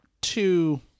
two